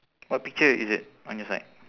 what picture is it on your side